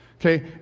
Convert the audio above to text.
Okay